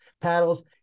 paddles